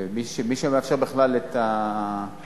ומי שמאפשר בכלל את המיקום.